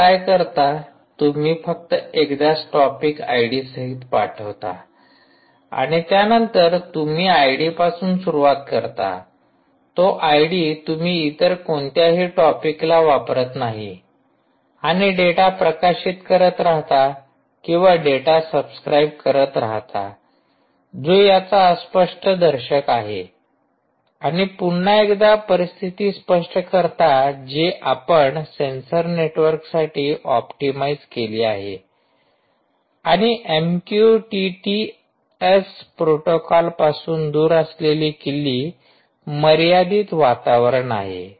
तुम्ही काय करता तुम्ही फक्त एकदाच टॉपिक आयडी सहित पाठवता आणि त्यानंतर तुम्ही आयडी पासून सुरुवात करता तो आयडी तुम्ही इतर कोणत्याही टॉपिकला वापरत नाही आणि डेटा प्रकाशित करत राहता किंवा डेटा सबस्क्राईब करत राहता जो याचा स्पष्ट दर्शक आहे आणि पुन्हा एकदा परिस्थिती स्पष्ट करता जी आपण सेन्सर नेटवर्कसाठी ऑप्टिमाईझ केली आहे आणि एमक्यूटीटी एस प्रोटोकॉलपासून दूर असलेली किल्ली मर्यादित वातावरण आहे